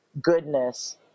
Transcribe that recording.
goodness